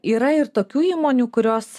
yra ir tokių įmonių kurios